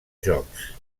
jocs